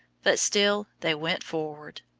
but still they went forward.